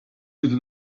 bitte